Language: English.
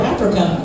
Africa